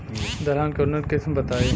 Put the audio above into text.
दलहन के उन्नत किस्म बताई?